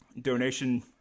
donation